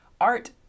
art